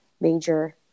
major